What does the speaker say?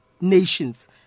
nations